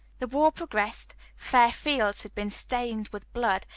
the war progressed, fair fields had been stained with blood,